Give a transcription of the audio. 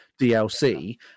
dlc